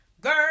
girl